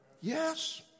Yes